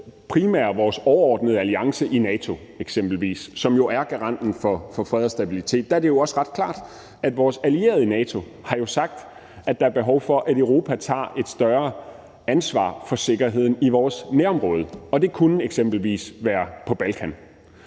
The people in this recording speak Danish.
primære, vores overordnede alliance, NATO, som jo er garanten for fred og stabilitet, har sagt, at der er behov for, at Europa tager et større ansvar for sikkerheden i vores nærområder, og det kunne eksempelvis være på Balkan.